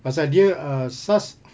pasal dia uh SARS